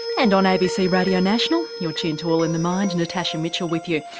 and on abc radio national you're tuned to all in the mind, natasha mitchell with you.